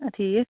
آ ٹھیٖک